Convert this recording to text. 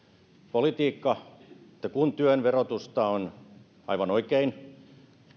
politiikka että kun työn verotusta on aivan oikein